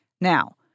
Now